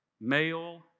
Male